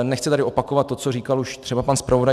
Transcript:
Nechci tady opakovat to, co říkal už třeba pan zpravodaj.